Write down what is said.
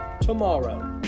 tomorrow